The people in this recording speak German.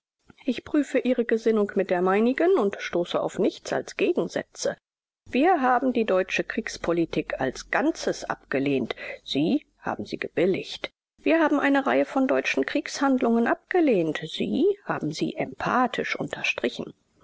ich prüfe ihre gesinnung mit der meinigen und stoße auf nichts als gegensätze wir haben die deutsche kriegspolitik als ganzes abgelehnt sie haben sie gebilligt wir haben eine reihe von deutschen kriegshandlungen abgelehnt sie haben sie emphatisch unterstrichen